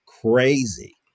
crazy